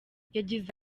yagize